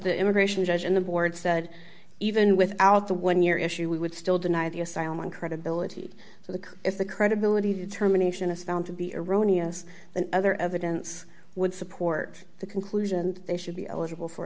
the immigration judge and the board said even without the one year issue we would still deny the asylum one credibility so the if the credibility determination is found to be erroneous and other evidence would support the conclusion they should be eligible for